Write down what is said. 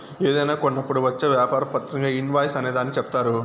ఏదైనా కొన్నప్పుడు వచ్చే వ్యాపార పత్రంగా ఇన్ వాయిస్ అనే దాన్ని చెప్తారు